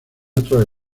otros